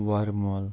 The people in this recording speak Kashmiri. وَرمُل